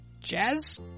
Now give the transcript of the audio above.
jazz